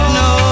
no